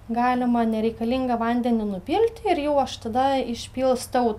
galima nereikalingą vandenį nupilt ir jau aš tada išpilstau